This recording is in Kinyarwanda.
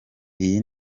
iyi